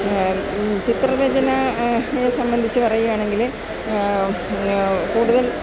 ചിത്ര രചന യെ സംബന്ധിച്ച് പറയുവാണെങ്കില് കൂടുതൽ